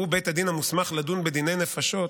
שהוא בית הדין המוסמך לדון בדיני נפשות,